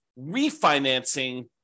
refinancing